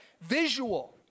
visual